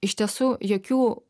iš tiesų jokių